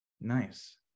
Nice